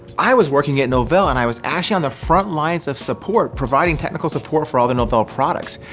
i was working at novel and i was actually on the front lines of support providing technical support for all the novel products.